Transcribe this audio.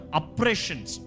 oppressions